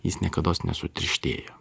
jis niekados nesutirštėja